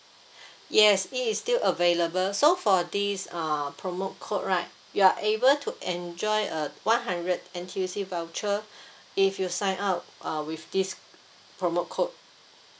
yes it is still available so for this uh promo code right you are able to enjoy a one hundred N_T_U_C voucher if you sign up uh with this promo code